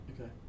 Okay